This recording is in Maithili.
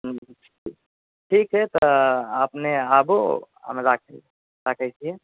ठीक छै तऽ अपने आबु हम राखै हम राखै छी